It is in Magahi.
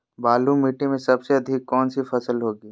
बालू मिट्टी में सबसे अधिक कौन सी फसल होगी?